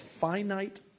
finite